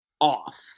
off